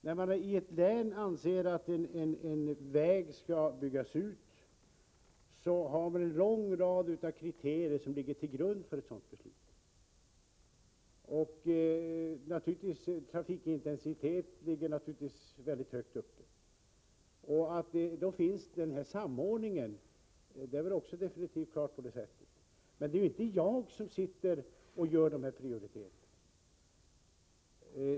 När man i ett län anser att en väg skall byggas ut har man en lång rad kriterier som ligger till grund för ett sådant beslut. Trafikintensiteten är naturligtvis viktig. Här finns det också en samordning. Men det är inte jag som gör dessa prioriteringar.